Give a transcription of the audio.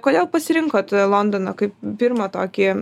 kodėl pasirinkot londoną kaip pirmą tokį